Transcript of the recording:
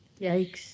Yikes